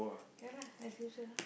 ya lah as usual lah